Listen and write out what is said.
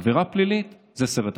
עבירה פלילית זה סרט אחר.